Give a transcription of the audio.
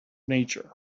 nature